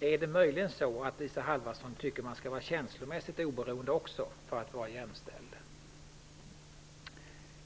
Är det möjligen så att Isa Halvarsson tycker att man också skall vara känslomässigt oberoende för att vara jämställd?